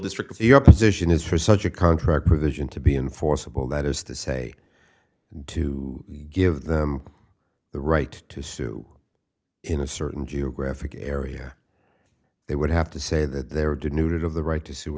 district of the opposition is for such a contract provision to be enforceable that is to say to give them the right to sue in a certain geographic area they would have to say that they were did neutered of the right to sue